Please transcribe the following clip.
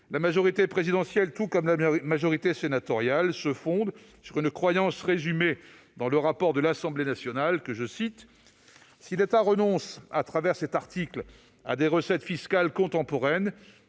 la majorité présidentielle tout comme la majorité sénatoriale se fondent sur une croyance ainsi résumée dans le rapport de l'Assemblée nationale :«[...], si l'État renonce, à travers cet article, à des recettes fiscales contemporaines,